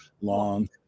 Long